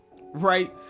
right